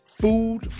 food